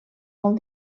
molt